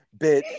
bitch